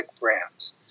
brands